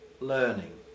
learning